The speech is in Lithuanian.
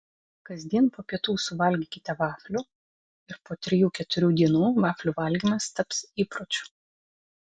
kasdien po pietų suvalgykite vaflių ir po trijų keturių dienų vaflių valgymas taps įpročiu